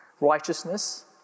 Righteousness